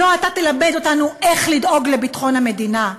לא אתה תלמד אותנו איך לדאוג לביטחון המדינה.